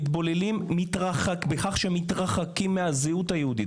מתבוללים בכך שהם מתרחקים מהזהות היהודית.